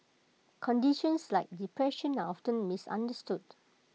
conditions like depression are after misunderstood